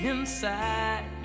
Inside